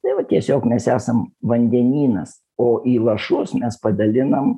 tai va tiesiog mes esam vandenynas o į lašus mes padalinam